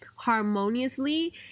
harmoniously